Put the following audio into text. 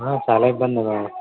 చాలా ఇబ్బంది